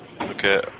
Okay